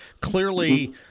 Clearly